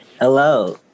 Hello